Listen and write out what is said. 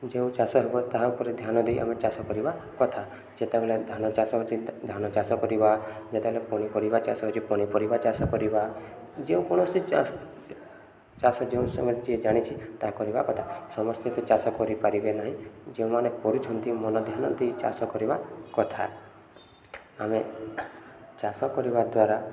ଯେଉଁ ଚାଷ ହେବ ତାହା ଉପରେ ଧ୍ୟାନ ଦେଇ ଆମେ ଚାଷ କରିବା କଥା ଯେତେବେଳେ ଧାନ ଚାଷ ହଉଚି ଧାନ ଚାଷ କରିବା ଯେତେବେଳେ ପନିପରିବା ଚାଷ ହଉଚି ପନିପରିବା ଚାଷ କରିବା ଯେଉଁ କୌଣସି ଚାଷ ଯେଉଁ ଯିଏ ଜାଣିଛି ତାହା କରିବା କଥା ସମସ୍ତେ ତ ଚାଷ କରିପାରିବେ ନାହିଁ ଯେଉଁମାନେ କରୁଛନ୍ତି ମନ ଧ୍ୟାନ ଦେଇ ଚାଷ କରିବା କଥା ଆମେ ଚାଷ କରିବା ଦ୍ୱାରା